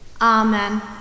Amen